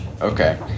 Okay